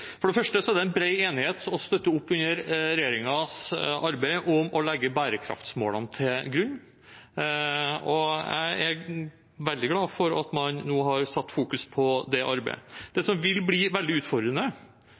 For det første er det bred enighet om å støtte opp under regjeringens arbeid for å legge bærekraftsmålene til grunn. Jeg er veldig glad for at man nå fokuserer på det arbeidet. Det som vil bli veldig utfordrende,